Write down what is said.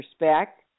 respect